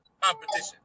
competition